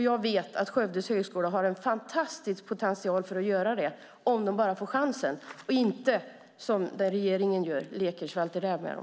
Jag vet att Högskolan i Skövde har en fantastisk potential att göra detta om de bara får chansen och regeringen inte leker svälta räv med dem.